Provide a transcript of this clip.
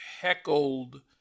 heckled